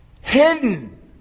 hidden